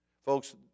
Folks